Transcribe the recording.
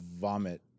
vomit